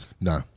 No